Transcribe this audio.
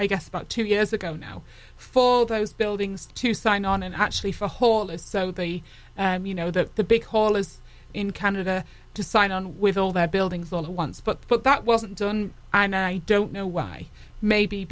i guess about two years ago now for those buildings to sign on and actually for a hole is so they you know that the big hole is in canada to sign on with all their buildings all at once but put that wasn't done imo i don't know why maybe